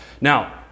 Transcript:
Now